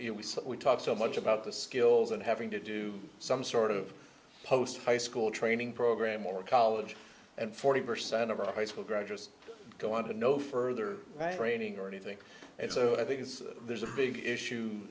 say we talk so much about the skills and having to do some sort of post high school training program or college and forty percent of our high school graduates go on to no further training or anything and so i think there's a big issue